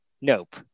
Nope